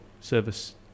service